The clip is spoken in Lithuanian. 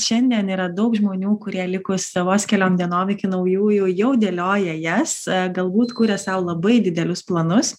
šiandien yra daug žmonių kurie likus vos keliom dienom iki naujųjų jau dėlioja jas galbūt kuria sau labai didelius planus